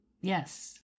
Yes